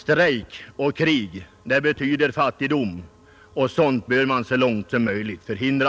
Strejk och krig betyder fattigdom, och det är något som man så långt möjligt bör förhindra.